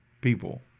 people